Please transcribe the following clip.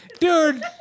Dude